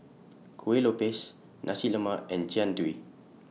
Kuih Lopes Nasi Lemak and Jian Dui